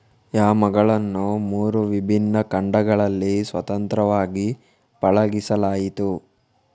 ಯಾಮ್ಗಳನ್ನು ಮೂರು ವಿಭಿನ್ನ ಖಂಡಗಳಲ್ಲಿ ಸ್ವತಂತ್ರವಾಗಿ ಪಳಗಿಸಲಾಯಿತು